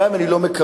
גם אם אני לא מקבל,